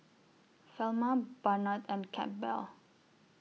Velma Barnard and Campbell